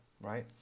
right